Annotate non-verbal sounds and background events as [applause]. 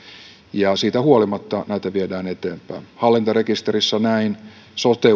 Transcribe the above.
ja siitä huolimatta näitä viedään eteenpäin hallintarekisterissä on ollut näin sote [unintelligible]